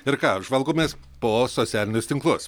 ir ką žvalgomės po socialinius tinklus